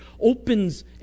opens